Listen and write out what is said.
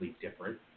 different